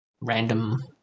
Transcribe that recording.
random